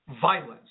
violence